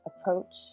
approach